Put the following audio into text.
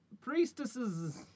Priestesses